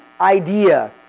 idea